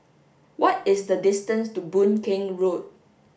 what is the distance to Boon Keng Road